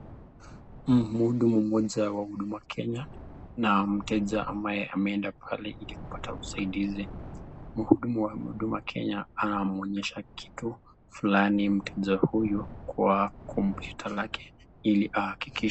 Mhudumu mmkja wa huduma kenya na mteja moja ameenda pale kutafta usaidiz, mhudumu wa huduma kenya anamwonyesha kitu flanj mteja huyu kwa komputa lake.